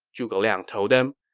zhuge liang told them.